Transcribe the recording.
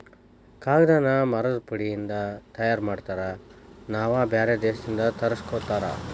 ಕಾಗದಾನ ಮರದ ಪುಡಿ ಇಂದ ತಯಾರ ಮಾಡ್ತಾರ ನಾವ ಬ್ಯಾರೆ ದೇಶದಿಂದ ತರಸ್ಕೊತಾರ